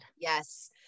yes